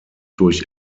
durch